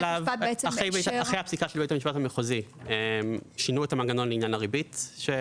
אחרי הפסיקה של בית המשפט המחוזי שינו את המנגנון לעניין הריבית.